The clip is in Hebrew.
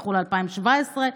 דחו ל-2017,